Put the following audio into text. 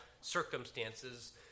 circumstances